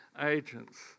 agents